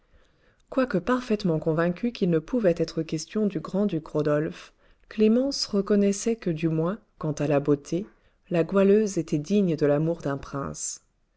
quoique parfaitement convaincue qu'il ne pouvait être question du grand-duc rodolphe clémence reconnaissait que du moins quant à la beauté la goualeuse était digne de l'amour d'un prince